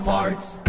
Parts